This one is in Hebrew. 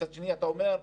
מצד שני אתה אומר,